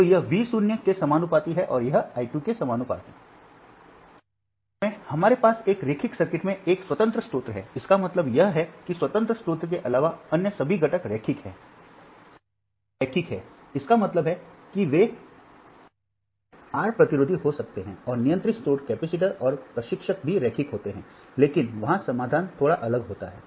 तो यह V 0 के समानुपाती है और यह है I 2 के समानुपाती तो संक्षेप में हमारे पास एक रैखिक सर्किट में एक स्वतंत्र स्रोत है इसका मतलब यह है कि स्वतंत्र स्रोत के अलावा अन्य सभी घटक रैखिक हैं ये रैखिक हैंइसका मतलब है कि वे आर प्रतिरोधी हो सकते हैं और नियंत्रित स्रोत कैपेसिटर और प्रशिक्षक भी रैखिक होते हैं लेकिन वहां समाधान थोड़ा अलग होता है